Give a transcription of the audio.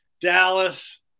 Dallas